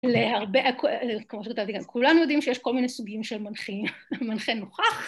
להרבה, כמו שכתבתי כאן, כולנו יודעים שיש כל מיני סוגים של מנחים, מנחה נוכח